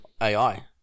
AI